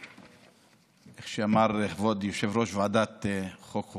איך שאמר כבוד יושב-ראש ועדת החוקה,